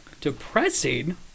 Depressing